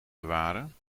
bewaren